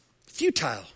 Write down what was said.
Futile